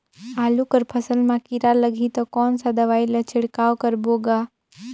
आलू कर फसल मा कीरा लगही ता कौन सा दवाई ला छिड़काव करबो गा?